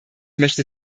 möchte